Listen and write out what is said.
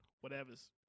Whatever's